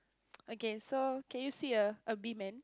okay so can you see a a big man